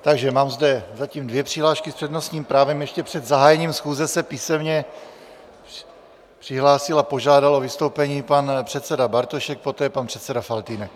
Takže mám zde zatím dvě přihlášky s přednostním právem, ještě před zahájením schůze se písemně přihlásil a požádal o vystoupení pan předseda Bartošek, poté pan předseda Faltýnek.